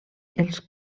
els